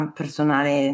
personale